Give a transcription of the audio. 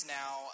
now